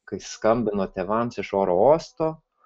kai skambino tėvams iš oro uosto